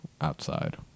outside